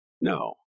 No